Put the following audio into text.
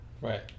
right